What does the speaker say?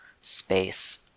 space